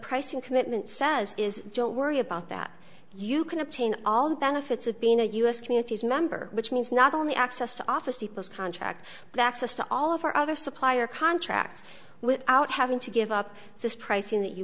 pricing commitment says is don't worry about that you can obtain all the benefits of being a u s communities member which means not only access to office depot's contract but access to all of our other supplier contracts without having to give up this pricing that you